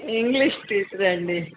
English టీచరండి